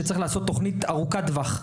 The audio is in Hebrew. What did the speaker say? שצריך לעשות תוכנית ארוכת טווח,